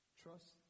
Trust